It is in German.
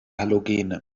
halogene